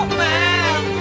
man